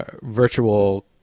virtual